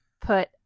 put